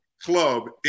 club